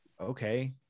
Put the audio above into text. okay